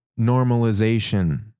normalization